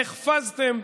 נחפזתם,